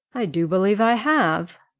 i do believe i have.